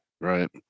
Right